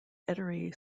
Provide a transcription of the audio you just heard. ettore